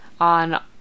on